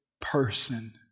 person